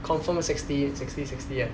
confirm sixty sixty sixty [one]